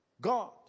God